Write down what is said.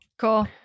Cool